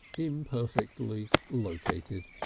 imperfectly located.